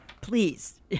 please